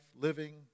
living